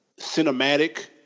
Cinematic